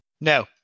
No